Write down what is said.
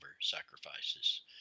sacrifices